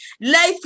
Life